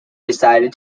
decided